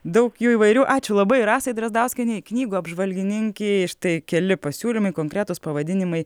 daug jų įvairių ačiū labai rasai drazdauskienei knygų apžvalgininkei štai keli pasiūlymai konkretūs pavadinimai